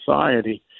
society